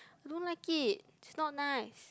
I don't like it it's not nice